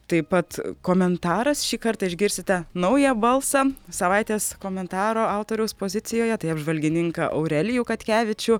taip pat komentaras šį kartą išgirsite naują balsą savaitės komentaro autoriaus pozicijoje tai apžvalgininką aurelijų katkevičių